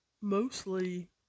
Mostly